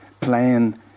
playing